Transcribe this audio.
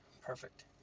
Perfect